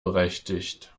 berechtigt